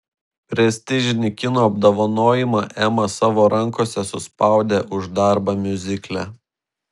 prestižinį kino apdovanojimą ema savo rankose suspaudė už darbą miuzikle